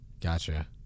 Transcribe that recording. Gotcha